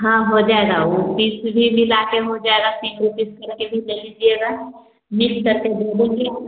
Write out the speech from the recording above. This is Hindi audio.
हाँ हो जाएगा वह पीस भी मिलाकर हो जाएगा तीन रुपये पीस करके भी ले लीजिएगा मिक्स करके दे देंगे